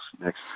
next